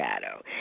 shadow